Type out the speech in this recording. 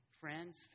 Friends